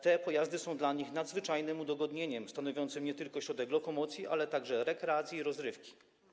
Te pojazdy są dla nich nadzwyczajnym udogodnieniem stanowiącym nie tylko środek lokomocji, ale także rekreacji i rozrywki.